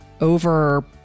over